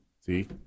See